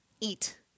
eat